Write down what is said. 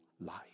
life